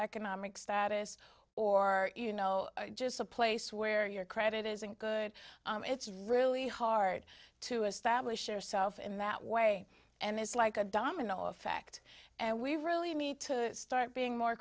economic status or you know just a place where your credit isn't good it's really hard to establish yourself in that way and it's like a domino effect and we really need to start being more